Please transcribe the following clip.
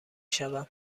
شوم